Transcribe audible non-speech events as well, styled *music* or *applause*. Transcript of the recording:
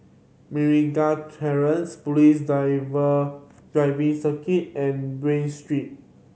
Meragi Terrace Police *unintelligible* Driving Circuit and Bain Street